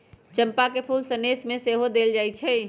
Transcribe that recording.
चंपा के फूल सनेश में सेहो देल जाइ छइ